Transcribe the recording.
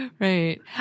Right